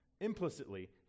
implicitly